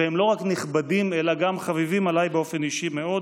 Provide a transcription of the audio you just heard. והם לא רק נכבדים אלא גם חביבים עליי באופן אישי מאוד,